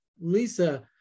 Lisa